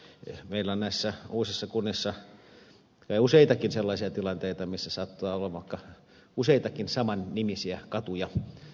meillä on näissä uusissa kunnissa useitakin sellaisia tilanteita joissa saattaa olla vaikka useitakin saman nimisiä katuja